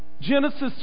Genesis